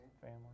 family